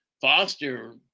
Foster